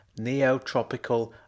neotropical